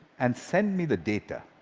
and send me the data,